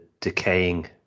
decaying